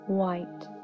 white